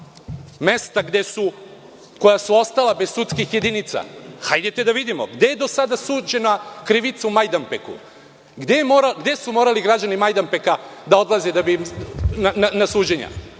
mesta koja su ostala bez sudskih jedinica, hajde da vidimo gde je do sada suđena krivica u Majdanpeku, gde su morali građani Majdanpeka da odlaze na suđenja?